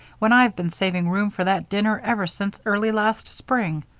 when i've been saving room for that dinner ever since early last spring?